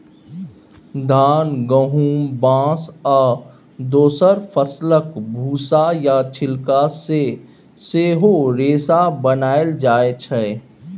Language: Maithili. धान, गहुम, बाँस आ दोसर फसलक भुस्सा या छिलका सँ सेहो रेशा बनाएल जाइ छै